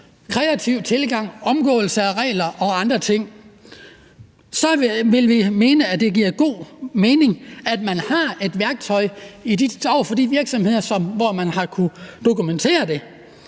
kreativ tilgang, omgåelse af regler og andre ting. Så vil vi mene, at det giver god mening at have et værktøj over for de virksomheder, hvor man har kunnet dokumentere, at